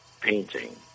painting